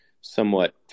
somewhat